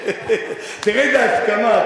תראה איזו הסכמה.